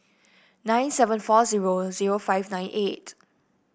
nine seven four zero zero five nine eight